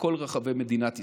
בכל רחבי מדינת ישראל,